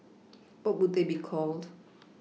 what would they be called